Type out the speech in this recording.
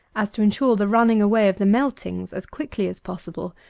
as to ensure the running away of the meltings as quickly as possible,